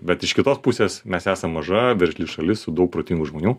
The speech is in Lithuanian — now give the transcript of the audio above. bet iš kitos pusės mes esam maža veržli šalis su daug protingų žmonių